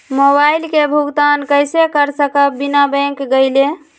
Mobile के भुगतान कईसे कर सकब बिना बैंक गईले?